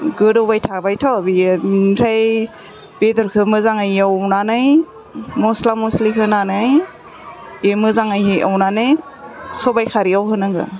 गोदौबाय थाबायथ' बियो ओमफ्राय बेदरखौ मोजाङै एवनानै मस्ला मस्लि होनानै मोजाङै एवनानै सबाइ खारैयाव होनांगौ